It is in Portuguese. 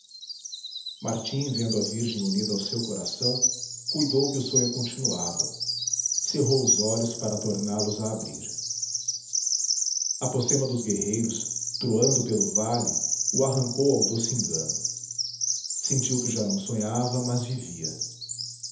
martim vendo a virgem unida ao seu coração cuidou que o sonho continuava cerrou os olhos para torná-los a abrir a pocema dos guerreiros troando pelo vale o arrancou ao doce engano sentiu que já não sonhava mas vivia